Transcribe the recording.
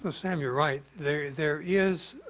ah sam, you're right there is there is